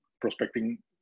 prospecting